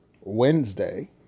Wednesday